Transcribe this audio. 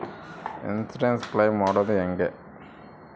Insurance claim ಮಾಡದು ಹೆಂಗೆ?